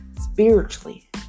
spiritually